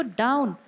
down